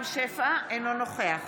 אינו נוכח